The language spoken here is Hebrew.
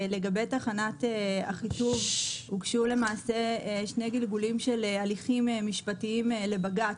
לגבי תחנת אחיטוב הוגשו למעשה שני גלגולים של הליכים משפטיים לבג"ץ.